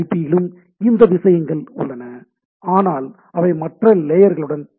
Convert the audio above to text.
B யிலும் இந்த விஷயங்கள் உள்ளன ஆனால் அவை மற்ற லேயர்களுடன் இணைக்கப்படுகின்றன